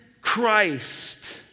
Christ